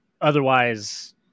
Otherwise